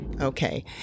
Okay